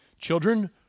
Children